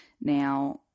Now